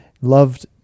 loved